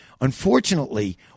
Unfortunately